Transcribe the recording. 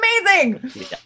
amazing